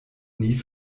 nie